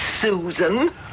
Susan